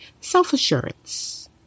Self-assurance